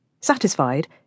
Satisfied